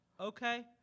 Okay